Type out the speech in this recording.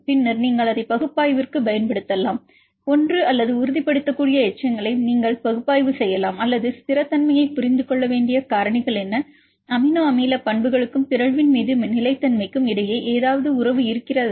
பின்னர் நீங்கள் அதை பகுப்பாய்விற்குப் பயன்படுத்தலாம் ஒன்று அல்லது உறுதிப்படுத்தக்கூடிய எச்சங்களை நீங்கள் பகுப்பாய்வு செய்யலாம் அல்லது ஸ்திரத்தன்மையைப் புரிந்து கொள்ள வேண்டிய காரணிகள் என்ன அமினோ அமில பண்புகளுக்கும் பிறழ்வின் மீது நிலைத்தன்மைக்கும் இடையே ஏதாவது உறவு இருக்கிறதா